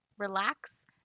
relax